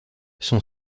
son